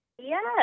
Yes